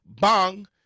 Bong